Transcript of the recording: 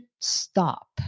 stop